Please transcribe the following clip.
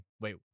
wait